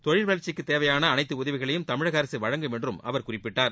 தொழில் வளர்ச்சிக்கு தேவையான அனைத்து உதவிகளையும் தமிழக அரசு வழங்கும் என்றும் அவர் குறிப்பிட்டார்